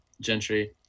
Gentry